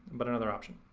but another option.